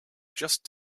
just